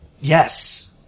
yes